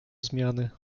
zmiany